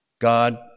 God